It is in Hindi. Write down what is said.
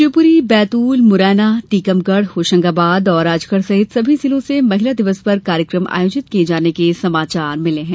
शिवपुरी बैतूल मुरैना टीकमगढ़ होशंगाबाद और राजगढ़ सहित सभी जिलों से महिला दिवस पर कार्यक्रम आयोजित किये जाने के समाचार मिले हैं